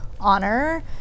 honor